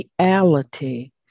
reality